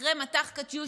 אחרי מטח קטיושות,